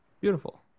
Beautiful